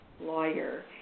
lawyer